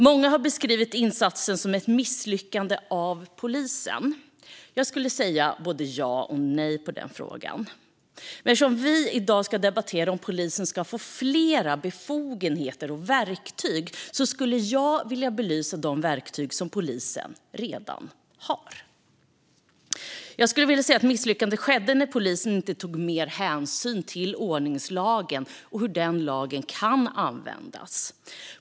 Många har beskrivit insatsen som ett misslyckande av polisen. Jag skulle säga både ja och nej om det. Men eftersom vi i dag ska debattera om polisen ska få fler befogenheter och verktyg, skulle jag vilja belysa de verktyg som polisen redan har. Jag skulle säga att misslyckandet skedde när polisen inte tog mer hänsyn till hur ordningslagen kan användas.